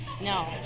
No